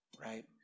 right